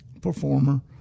performer